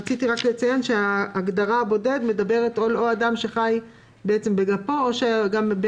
רציתי לציין שההגדרה "בודד" מדברת על אדם שחי בגפו או על אדם שבן